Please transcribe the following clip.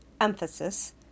emphasis